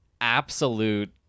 absolute